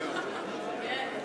אדוני היושב-ראש,